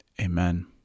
amen